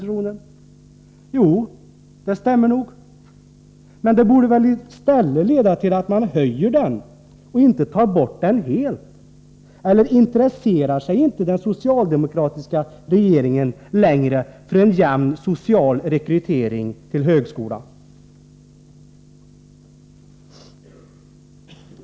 Men den slutsatsen borde väl i stället leda till att man höjer den och inte tar bort den helt! Eller intresserar sig inte den socialdemokratiska regeringen längre för en jämn social rekrytering till högskolan?